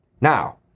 Now